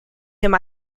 him